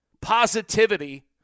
positivity